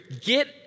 get